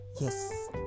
Yes